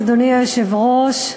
אדוני היושב-ראש,